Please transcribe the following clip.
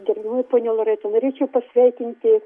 gerbiamoji ponia loreta norėčiau pasveikinti